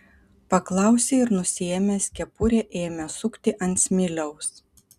paklausė ir nusiėmęs kepurę ėmė sukti ant smiliaus